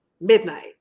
midnight